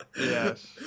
yes